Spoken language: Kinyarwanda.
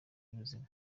y’ubuzima